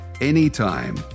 anytime